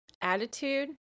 attitude